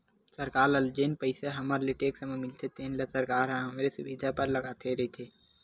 सरकार ल जेन पइसा हमर ले टेक्स म मिलथे तेन ल सरकार ह हमरे सुबिधा बर लगावत रइथे